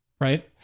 Right